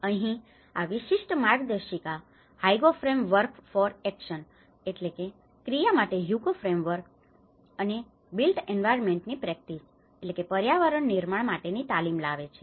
અહીં આ વિશિષ્ટ માર્ગદર્શિકા Hyogo framework for action Hyogo Framework for Actionક્રિયા માટે હ્યુગો ફ્રેમ વર્ક અને બિલ્ટ એન્વાયર્નમેન્ટની પ્રેક્ટિસ built environment practice પર્યાવરણ નિર્માણ માટેની તાલીમ લાવે છે